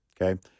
Okay